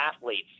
athletes